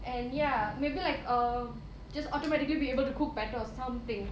and ya maybe like err just automatically be able to cook better or something